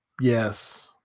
Yes